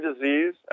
disease